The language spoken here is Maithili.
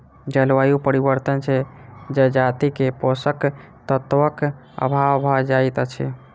जलवायु परिवर्तन से जजाति के पोषक तत्वक अभाव भ जाइत अछि